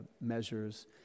measures